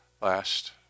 Last